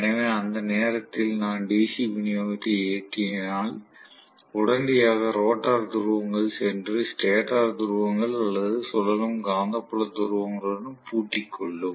எனவே அந்த நேரத்தில் நான் DC விநியோகத்தை இயக்கினால் உடனடியாக ரோட்டார் துருவங்கள் சென்று ஸ்டேட்டர் துருவங்கள் அல்லது சுழலும் காந்தப்புல துருவங்களுடன் பூட்டிக் கொள்ளும்